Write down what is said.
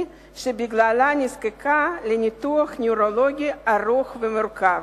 שבגללו נזקקה לניתוח נוירולוגי ארוך ומורכב.